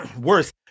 worse